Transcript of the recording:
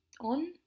on